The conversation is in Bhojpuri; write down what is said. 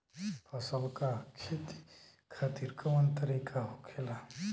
फसल का खेती खातिर कवन तरीका होखेला?